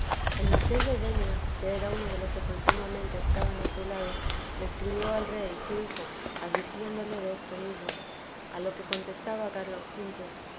el marqués de denia que era uno de los que continuamente estaban á su lado le escribió al rey su hijo advirtiéndole de esto mismo á lo que contestaba cárlos